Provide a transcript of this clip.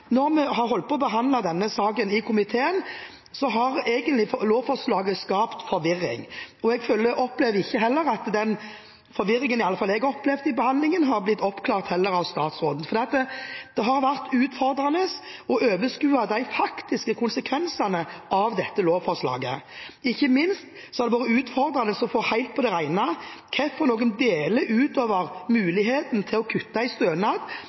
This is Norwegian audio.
i alle fall jeg opplevde under behandlingen, har blitt oppklart av statsråden. Det har vært utfordrende å overskue de faktiske konsekvensene av dette lovforslaget. Ikke minst har det vært utfordrende å få helt på det rene hvilke deler – utover muligheten til å kutte i stønad